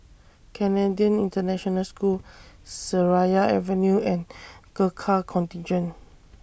Canadian International School Seraya Avenue and Gurkha Contingent